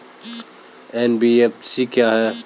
NBFC क्या है?